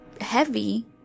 heavy